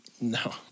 No